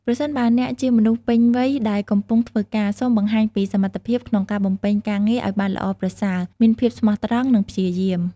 ប្រសិនបើអ្នកជាមនុស្សពេញវ័យដែលកំពុងធ្វើការ សូមបង្ហាញពី សមត្ថភាពក្នុងការបំពេញការងារឲ្យបានល្អប្រសើរ មានភាពស្មោះត្រង់ និងព្យាយាម។